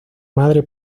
madre